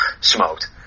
smoked